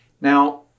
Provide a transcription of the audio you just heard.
Now